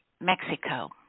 Mexico